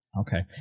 Okay